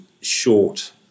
short